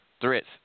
threats